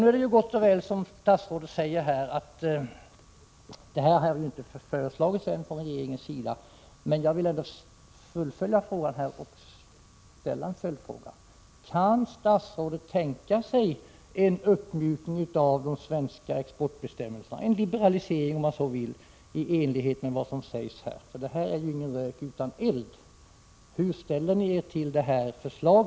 Nu är det gott och väl som statsrådet säger, att detta ännu inte föreslagits från regeringens sida, men jag vill ändå fullfölja och ställa en följdfråga: Kan statsrådet tänka sig en uppmjukning av de svenska exportbestämmelserna — en liberalisering om man så vill —i enlighet med vad som sägs här? Ingen rök utan eld. Hur ställer ni er till detta förslag?